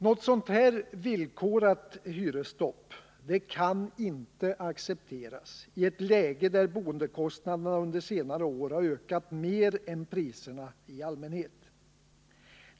Något sådant villkorat hyresstopp kan inte accepteras i ett läge där boendekostnaderna under senare år har ökat mer än priserna i allmänhet.